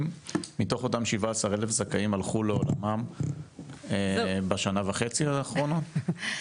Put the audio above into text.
מתוך 17,000 זכאים הלכו לעולמם בשנה וחצי האחרונות?